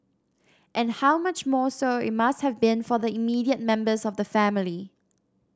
and how much more so it must have been for the immediate members of the family